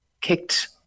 kicked